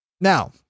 Now